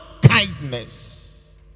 kindness